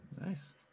Nice